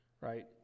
right